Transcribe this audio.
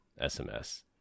SMS